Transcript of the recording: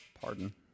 pardon